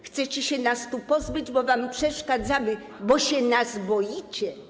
Chcecie się nas pozbyć, bo wam przeszkadzamy, bo się nas boicie.